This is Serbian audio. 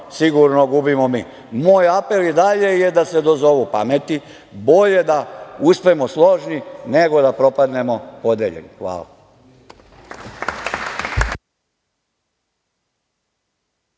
sigurno gubimo mi. Moj apel i dalje je da se dozovu pameti. Bolje da uspemo složni, nego da propadnemo podeljeni. Hvala.